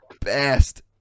best